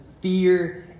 fear